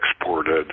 exported